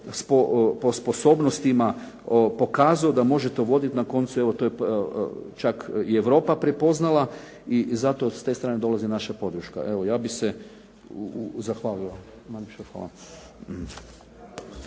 po sposobnostima pokazao da može to voditi, na koncu evo, to je čak i Europa prepoznala i zato s te strane dolazi naša podrška. Evo ja bih se zahvalio.